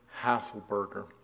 Hasselberger